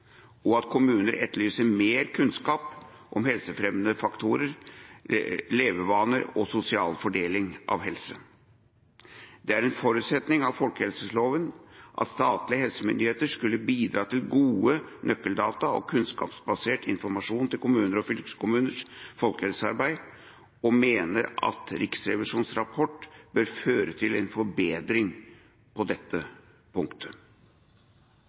og at kommuner etterlyser mer kunnskap om helsefremmende faktorer, levevaner og sosial fordeling av helse. Det var en forutsetning for folkehelseloven at statlige helsemyndigheter skulle bidra til gode nøkkeldata og kunnskapsbasert informasjon til kommuners og fylkeskommuners folkehelsearbeid, og vi mener at Riksrevisjonens rapport bør føre til en forbedring på dette punktet.